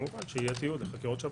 כמובן שיהיה תיעוד לחקירות שב"כ.